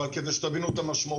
אבל על מנת שתבינו את המשמעות.